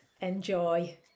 Enjoy